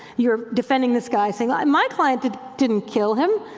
you're defending this guy, saying, my client didn't didn't kill him,